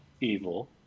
evil